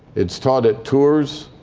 it's taught at tours,